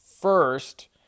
First